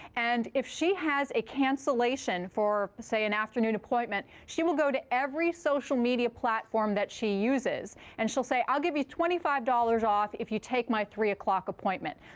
and if she has a cancellation for say an afternoon appointment, she will go to every social media platform that she uses. and she'll say i'll give you twenty five dollars off if you take my three o'clock appointment.